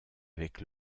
avec